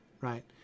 right